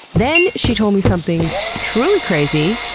then she told me something truly crazy!